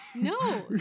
No